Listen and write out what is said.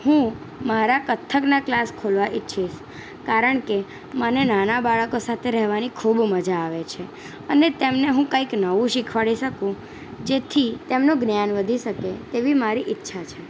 હું મારા કથકના ક્લાસ ખોલવા ઈચ્છીશ કારણ કે મને નાના બાળકો સાથે રહેવાની ખૂબ મજા આવે છે અને તેમને હું કંઈક નવું શીખવાડી શકું જેથી તેમનું જ્ઞાન વધી શકે તેવી મારી ઈચ્છા છે